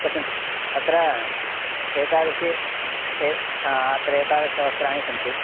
पश्यन्तु अत्र एतादृशी ए अत्र एतादृदशवस्त्राणि सन्ति